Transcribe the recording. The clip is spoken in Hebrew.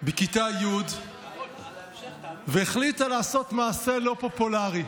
בכיתה י', והחליטה לעשות מעשה לא פופולרי,